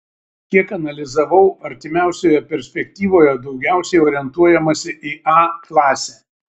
kiek analizavau artimiausioje perspektyvoje daugiausiai orientuojamasi į a klasę